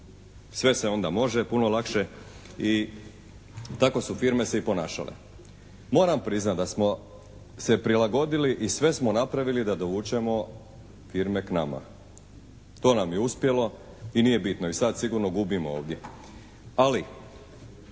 Sve se onda može puno lakše i tako su firme se i ponašale. Moram priznati da smo se prilagodili i sve smo napravili da dovučemo firme k nama. To nam je uspjelo i nije bitno. I sad sigurno gubimo ovdje. Ali